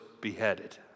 beheaded